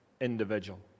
individual